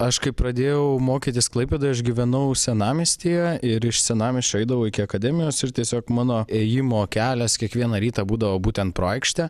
aš kai pradėjau mokytis klaipėdoje aš gyvenau senamiestyje ir iš senamiesčio eidavau iki akademijos ir tiesiog mano ėjimo kelias kiekvieną rytą būdavo būtent pro aikštę